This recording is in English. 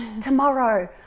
tomorrow